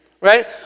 right